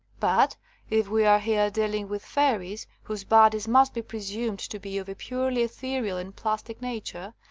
but if we are here deal ing with fairies whose bodies must be pre sumed to be of a purely ethereal and plastic nature,